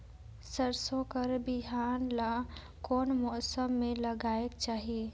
सरसो कर बिहान ला कोन मौसम मे लगायेक चाही?